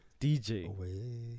DJ